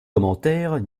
commentaires